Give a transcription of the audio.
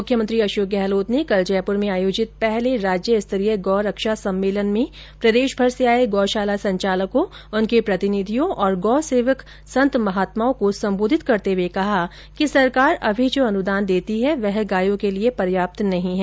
मुख्यमंत्री अशोक गहलोत ने कल जयपुर में आयोजित पहले राज्य स्तरीय गौरक्षा सम्मेलन में प्रदेशभर से आए गौशाला संचालकों उनके प्रतिनिधियों और गौसेवक संत महात्माओं को संबोधित करते हुए कहा कि सरकार अभी जो अनुदान देती है वह गायों के लिए पर्याप्त नहीं है